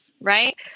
right